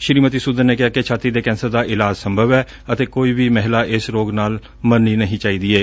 ਸ੍ਰੀਮਤੀ ਸੁਦਨ ਨੇ ਕਿਹਾ ਕਿ ਛਾਤੀ ਦੇ ਕੈਂਸਰ ਦਾ ਇਲਾਜ ਸੰਭਵ ਐ ਅਤੇ ਕੋਈ ਵੀ ਮਹਿਲਾ ਇਸ ਰੋਗ ਨਾਲ ਮਰਨੀ ਨਹੀਂ ਚਾਹੀਦੀ ਏ